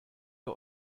ihr